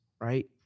right